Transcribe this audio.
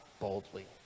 boldly